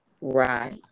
Right